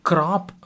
Crop